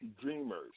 dreamers